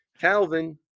Calvin